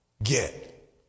Get